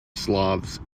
slavs